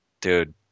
dude